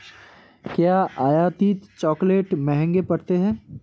क्या आयातित चॉकलेट महंगे पड़ते हैं?